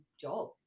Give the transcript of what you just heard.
job